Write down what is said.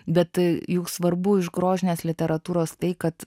bet juk svarbu iš grožinės literatūros tai kad